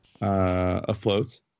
afloat